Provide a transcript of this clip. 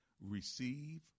receive